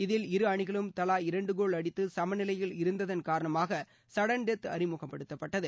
இதில் இரு அணிகளும் தவா இரண்டு கோல் அடித்து சமநிலையில் இருந்ததன் காரணமாக சடன்டெத் அறிமுகப்படுத்தப்பட்டது